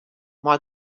mei